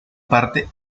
parte